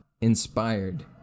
inspired